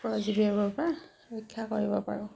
পৰজীৱীবোৰৰ পৰা ৰক্ষা কৰিব পাৰোঁ